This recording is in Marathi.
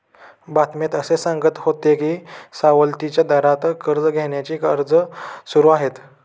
बातम्यात असे सांगत होते की सवलतीच्या दरात कर्ज घेण्याचे अर्ज सुरू आहेत